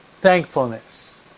Thankfulness